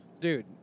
dude